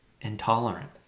intolerant